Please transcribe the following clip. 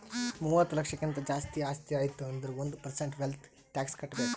ಮೂವತ್ತ ಲಕ್ಷಕ್ಕಿಂತ್ ಜಾಸ್ತಿ ಆಸ್ತಿ ಆಯ್ತು ಅಂದುರ್ ಒಂದ್ ಪರ್ಸೆಂಟ್ ವೆಲ್ತ್ ಟ್ಯಾಕ್ಸ್ ಕಟ್ಬೇಕ್